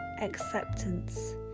acceptance